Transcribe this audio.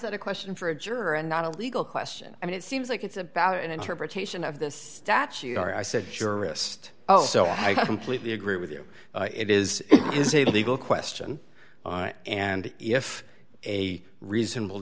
that a question for a juror and not a legal question i mean it seems like it's about an interpretation of this statute are i said jurist oh so i completely agree with you it is is a legal question and if a reasonable